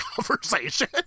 conversation